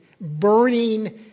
burning